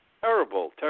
terrible